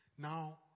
Now